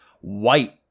white